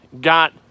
got